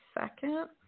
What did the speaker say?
second